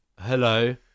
Hello